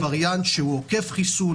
שיגיע וריאנט עוקף חיסון,